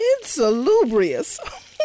Insalubrious